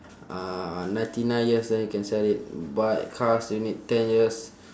uh ninety nine years then you can sell it but cars you need ten years